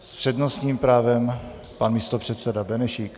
S přednostním právem pan místopředseda Benešík.